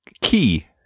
key